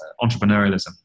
entrepreneurialism